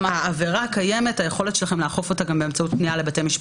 העבירה קיימת ויש לכם יכולת לאכוף אותה באמצעות פנייה לבתי משפט,